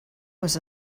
was